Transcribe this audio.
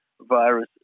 virus